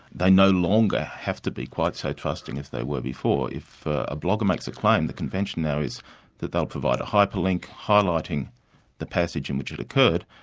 they no longer have to be quite so trusting as they were before. if a blogger makes a claim the convention now is that they'll provide a hyperlink, highlighting the passage in which it occurred,